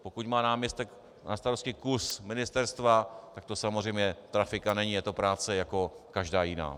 Pokud má náměstek na starosti kus ministerstva, tak to samozřejmě trafika není, je to práce jako každá jiná.